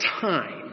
time